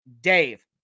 Dave